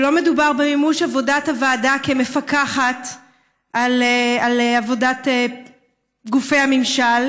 ולא מדובר במימוש עבודת הוועדה כמפקחת על עבודת גופי הממשל